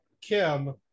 Kim